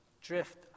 drift